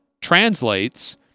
translates